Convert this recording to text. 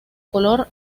color